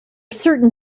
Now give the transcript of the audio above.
certain